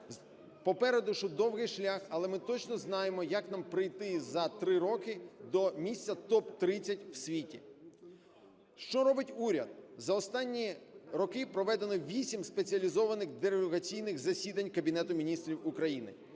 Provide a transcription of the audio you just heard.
Попереду ще довгий шлях, але ми точно знаємо, як нам прийти за 3 роки до місця топ-30 в світі. Що робить уряд? За останні роки проведено вісім спеціалізованих дерегуляційних засідань Кабінету Міністрів України,